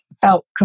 felt